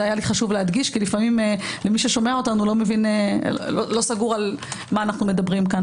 היה לי חשוב להדגיש כי לפעמים מי ששומע אותנו לא סגור על מה שמדובר פה.